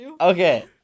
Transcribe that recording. Okay